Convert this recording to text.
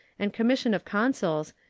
and commissions of consuls,